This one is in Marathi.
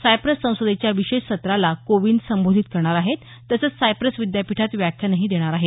सायप्रस संसदेच्या विशेष सत्राला कोविंद संबोधित करणार आहेत तसंच सायप्रस विद्यापीठात व्याख्यानही देणार आहेत